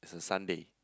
it's a Sunday